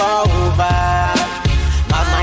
over